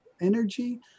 energy